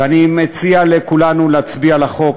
ואני מציע לכולנו להצביע על החוק.